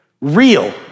real